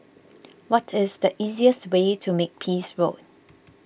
what is the easiest way to Makepeace Road